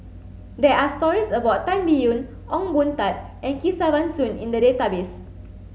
there are stories about Tan Biyun Ong Boon Tat and Kesavan Soon in the database